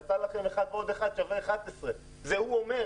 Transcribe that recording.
יצא לכם אחד ועוד אחד שווה 11. זה הוא אומר.